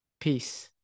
Peace